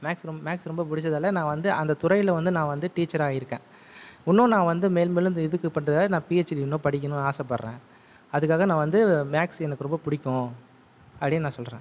maths ரொம்ப maths ரொம்ப பிடிச்சதால நான் வந்து அந்த துறையில் வந்து நான் வந்து டீச்சராக இருக்க இன்னும் நான் வந்து மேலும் மேலும் எதிர்க்கப்பட்டு நான் பிஹெச்டி இன்னும் படிக்கணும்னு ஆசைப்படரா அதுக்காக நான் வந்து மேக்ஸ் எனக்கு ரொம்ப பிடிக்கும் அப்படின்னு நான் சொல்கிறேன்